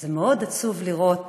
זה מאוד עצוב לראות